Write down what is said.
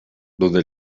donde